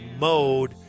mode